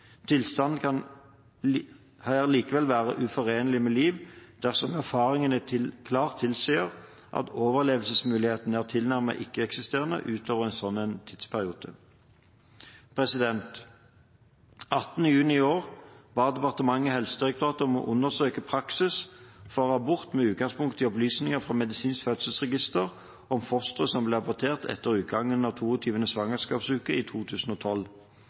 Tilstanden kan her likevel være «uforenelig med liv» dersom erfaringer klart tilsier at overlevelsesmulighetene er tilnærmet ikke-eksisterende utover en slik tidsperiode.» Den 18. juni i år ba departementet Helsedirektoratet om å undersøke praksis for abort, med utgangspunkt i opplysninger fra Medisinsk fødselsregister om fostre som ble abortert etter utgangen av 22. svangerskapsuke i 2012.